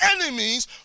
enemies